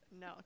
No